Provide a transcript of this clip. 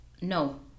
no